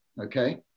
okay